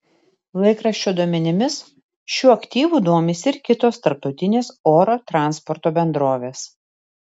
laikraščio duomenimis šiuo aktyvu domisi ir kitos tarptautinės oro transporto bendrovės